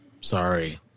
Sorry